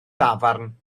dafarn